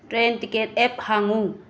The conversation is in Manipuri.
train ticket app ꯍꯥꯡꯉꯨ